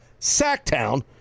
Sacktown